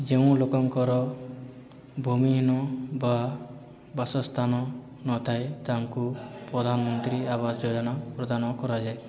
ଯେଉଁ ଲୋକଙ୍କର ଭୂମିହିନ ବା ବାସସ୍ଥାନ ନଥାଏ ତାଙ୍କୁ ପ୍ରଧାନମନ୍ତ୍ରୀ ଆବାସ ଯୋଜନା ପ୍ରଦାନ କରାଯାଏ